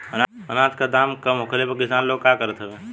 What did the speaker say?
अनाज क दाम कम होखले पर किसान लोग का करत हवे?